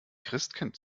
christkind